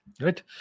Right